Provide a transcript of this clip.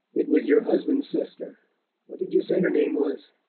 it was your husband's sister what did you say her name was?